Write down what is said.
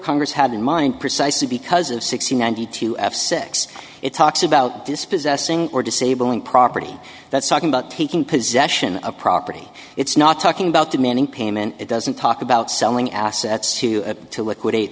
congress had in mind precisely because of sixty nine hundred two f six it talks about this possessing or disabling property that's talking about taking possession of property it's not talking about demanding payment it doesn't talk about selling assets to to liquidate